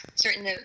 certain